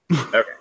Okay